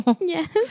Yes